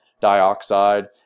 dioxide